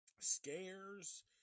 Scares